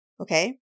Okay